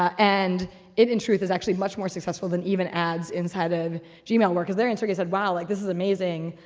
and it in truth is actually much more successful than even ads inside of gmail were. cause larry and sergey said wow, like this is amazing.